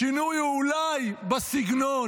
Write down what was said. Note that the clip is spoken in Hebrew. השינוי הוא אולי בסגנון.